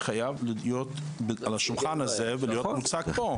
חייבים להיות על השולחן הזה ולהיות מוצגים פה.